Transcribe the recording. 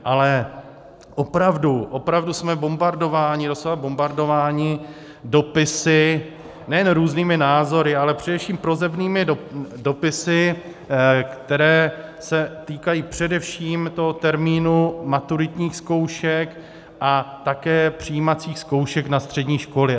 Ale opravdu jsme bombardováni, doslova bombardováni, dopisy, nejen různými názory, ale především prosebnými dopisy, které se týkají především toho termínu maturitních zkoušek a také přijímacích zkoušek na střední školy.